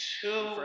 two